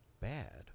bad